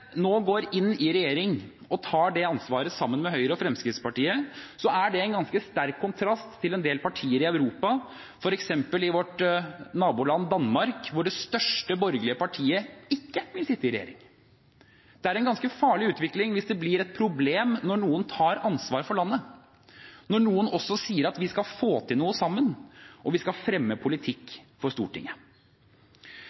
nå går inn i regjering og tar det ansvaret sammen med Høyre og Fremskrittspartiet, er det en ganske sterk kontrast til en del partier i Europa, f.eks. i vårt naboland Danmark, hvor det største borgerlige partiet ikke vil sitte i regjering. Det er en ganske farlig utvikling hvis det blir et problem når noen tar ansvar for landet, når noen også sier at vi skal få til noe sammen og vi skal fremme politikk